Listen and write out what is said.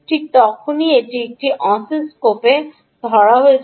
ঠিক তখনই এটি একটি অসিস্কোপকে ধরা হয়েছিল